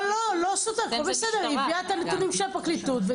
נכון, טוב שהביאה את הנתונים של הפרקליטות.